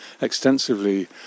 extensively